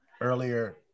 earlier